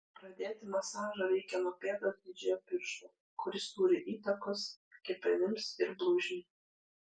pradėti masažą reikia nuo pėdos didžiojo piršto kuris turi įtakos kepenims ir blužniai